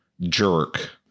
jerk